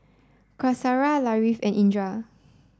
Qaisara Latif and Indra